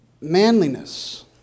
Manliness